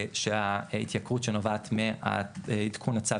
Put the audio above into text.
שההתייקרות שנובעת מעדכון הצו,